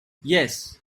yes